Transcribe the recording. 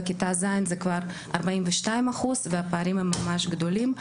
בכיתה ז' זה כבר 42% והפערים הם ממש גדולים.